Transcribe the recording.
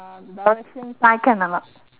uh direction sign can or not